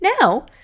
Now